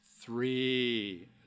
Three